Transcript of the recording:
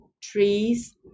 trees